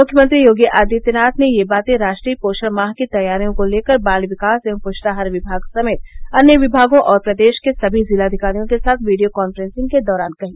मुख्यमंत्री योगी आदित्यनाथ ने ये बात राष्ट्रीय पोषण माह की तैयारियों को लेकर बाल विकास एवं पृष्टाहार विभाग समेत अन्य विभागों और प्रदेश के सभी जिलाधिकारियों के साथ वीडियो कांफ्रेंसिंग के दौरान कही